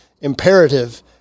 imperative